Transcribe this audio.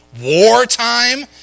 Wartime